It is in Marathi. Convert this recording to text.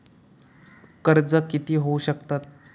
कर्ज कीती घेऊ शकतत?